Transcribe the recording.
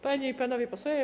Panie i Panowie Posłowie!